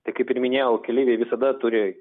tai kaip ir minėjau keleiviai visada turi